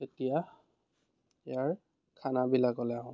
এতিয়া ইয়াৰ খানাবিলাকলৈ আহোঁ